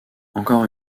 encore